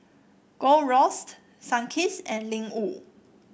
Gold Roast Sunkist and Ling Wu